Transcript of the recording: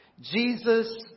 Jesus